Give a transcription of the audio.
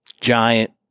giant